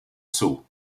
sous